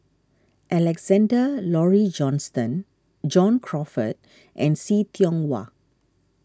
Alexander Laurie Johnston John Crawfurd and See Tiong Wah